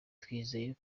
twizeye